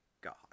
God